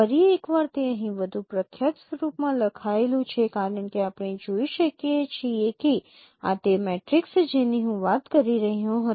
ફરી એક વાર તે અહીં વધુ પ્રખ્યાત સ્વરૂપમાં લખાયેલું છે કારણ કે આપણે જોઈ શકીએ કે આ તે મેટ્રિક્સ છે જેની હું વાત કરી રહ્યો હતો